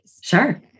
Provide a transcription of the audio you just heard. sure